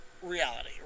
reality